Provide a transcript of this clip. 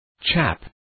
Chap